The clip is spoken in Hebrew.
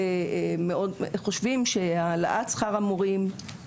העלאת שכר המורים,